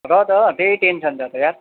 र त त्यही टेन्सन छ त यार